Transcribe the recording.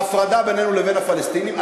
הפרדה בינינו לבין הפלסטינים.